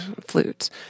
Flutes